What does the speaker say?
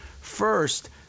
first